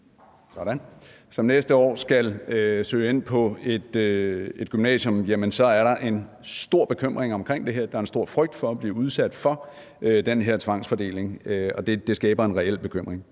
som næste år skal søge ind på et gymnasium, så er der en stor bekymring omkring det her, der er en stor frygt for at blive udsat for den her tvangsfordeling, og det skaber en reel bekymring.